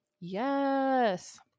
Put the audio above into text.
Yes